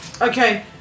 Okay